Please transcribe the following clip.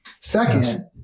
Second